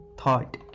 thought